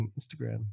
instagram